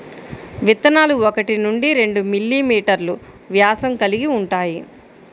విత్తనాలు ఒకటి నుండి రెండు మిల్లీమీటర్లు వ్యాసం కలిగి ఉంటాయి